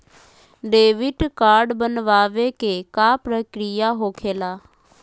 Debit card बनवाने के का प्रक्रिया होखेला?